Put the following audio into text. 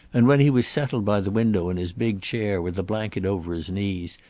and when he was settled by the window in his big chair with a blanket over his knees,